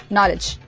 Knowledge